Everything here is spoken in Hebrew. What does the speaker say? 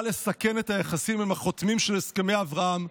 לסכן את היחסים עם החותמים של הסכמי אברהם,